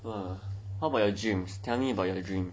how about your dreams tell me about your dreams